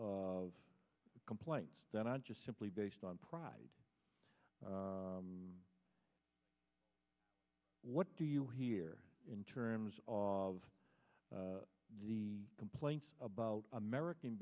of complaints that i just simply based on pride what do you hear in terms of the complaints about american